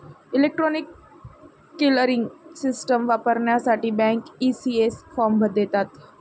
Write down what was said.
electronic clearing system वापरण्यासाठी bank, ECS form देतात